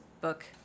book